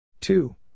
two